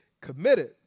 committed